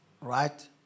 right